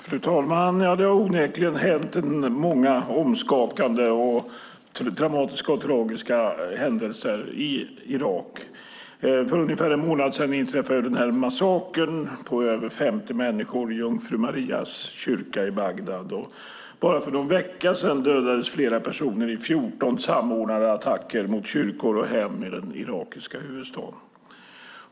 Fru talman! Det har onekligen hänt många omskakande, traumatiska och tragiska händelser i Irak. För ungefär en månad sedan inträffade en massaker på över 50 människor i Jungfru Marias kyrka i Bagdad. Bara för någon vecka sedan dödades flera personer i 14 samordnade attacker mot kyrkor och hem i den irakiska huvudstaden.